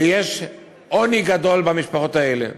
ויש עוני גדול במשפחות האלה.